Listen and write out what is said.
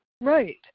Right